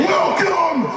Welcome